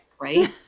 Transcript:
Right